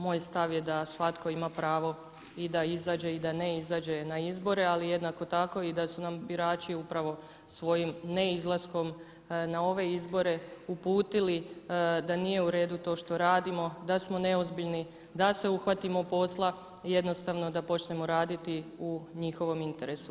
Moj stav je da svatko ima pravo i da izađe i da ne izađe na izbore, ali jednako tako i da su nam birači upravo svojim neizlaskom na ove izbore uputili da nije uredu to što radimo, da smo neozbiljni, da se uhvatimo posla, jednostavno da počnemo raditi u njihovom interesu.